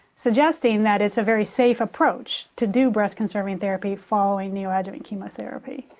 suggesting that it's a very safe approach to do breast conserving therapy following neoadjuvent chemotherapy.